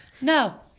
no